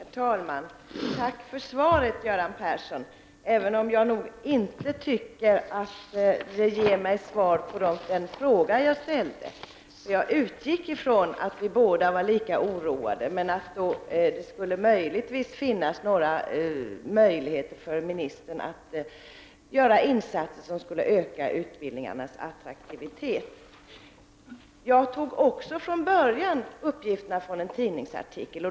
Herr talman! Tack för svaret, Göran Persson. Men jag tycker nog inte att ministerns svar gav mig svar på den fråga som jag ställde. Jag utgick från att vi båda var lika oroade och att det kanske skulle finnas några möjligheter för ministern att göra insatser för att öka utbildningarnas attraktivitet. Från början tog jag uppgifterna från en tidningsartikel.